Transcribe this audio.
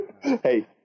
Hey